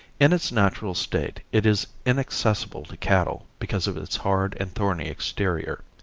in its natural state it is inaccessible to cattle because of its hard and thorny exterior.